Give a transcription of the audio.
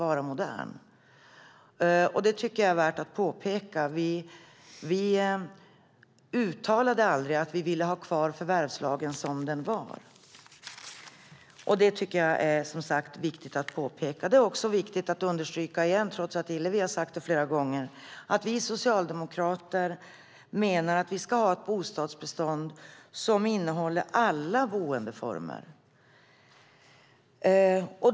Jag tycker att det är värt att påpeka det. Vi uttalade aldrig att vi ville ha kvar förvärvslagen som den var. Jag tycker, som sagt, att det är viktigt att påpeka det. Det är också viktigt att understryka igen, trots att Hillevi Larsson har sagt det flera gånger, att vi socialdemokrater menar att vi ska ha ett bostadsbestånd som innehåller alla boendeformer.